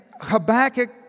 Habakkuk